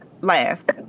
last